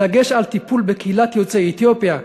דגש על טיפול בקהילת יוצאי אתיופיה,